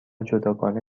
جداگانه